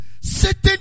sitting